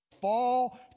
fall